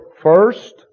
first